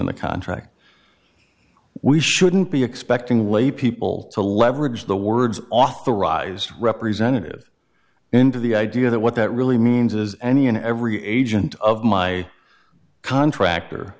in the contract we shouldn't be expecting laypeople to leverage the words authorized representative into the idea that what that really means is any and every agent of my contractor